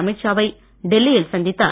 அமீத் ஷாவை டெல்லியில் சந்தித்தார்